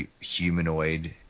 humanoid